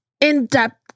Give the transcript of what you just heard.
in-depth